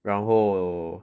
然后